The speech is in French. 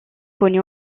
connu